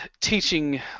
teaching